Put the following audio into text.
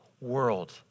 world